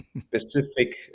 specific